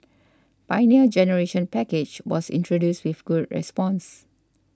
Pioneer Generation Package was introduced with good response